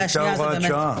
היא הייתה הוראת שעה.